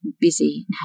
busy